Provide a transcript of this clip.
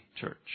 church